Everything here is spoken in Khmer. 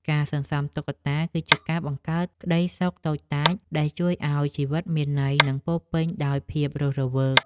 ការសន្សំតុក្កតា គឺជាការបង្កើតក្ដីសុខតូចតាច ដែលជួយឱ្យជីវិតមានន័យ និងពោរពេញដោយភាពរស់រវើក។